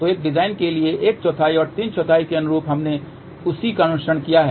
तो एक ही डिजाइन के एक चौथाई और तीन चौथाई के अनुरूप हमने उसी का अनुकरण किया है